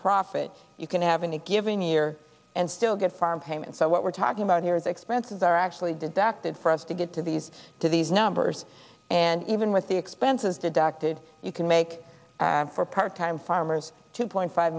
profit you can have in a given year and still get farm payments so what we're talking about here is expenses are actually deducted for us to get to these to these numbers and even with the expenses deducted you can make for part time farmers two point five